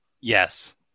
Yes